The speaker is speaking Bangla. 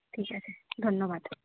ঠিক আছে ধন্যবাদ